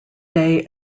day